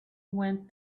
went